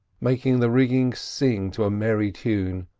making the rigging sing to a merry tune,